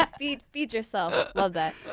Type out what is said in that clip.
ah feed, feed yourself! ah but